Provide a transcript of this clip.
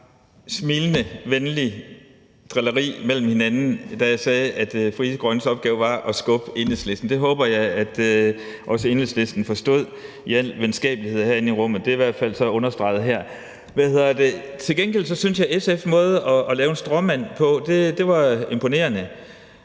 det var smilende, venligt drilleri mellem hinanden, da jeg sagde, at Frie Grønnes opgave var at skubbe Enhedslisten. Det håber jeg også Enhedslisten forstod i al venskabelighed herinde i rummet. Det er så i hvert fald understreget med det her. Til gengæld synes jeg, at SF's måde at lave en stråmand på var imponerende.